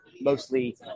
mostly